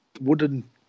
wooden